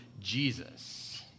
Jesus